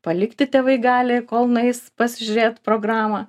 palikti tėvai gali kol nueis pasižiūrėt programą